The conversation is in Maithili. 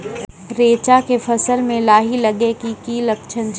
रैचा के फसल मे लाही लगे के की लक्छण छै?